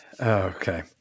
Okay